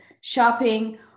shopping